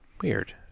Weird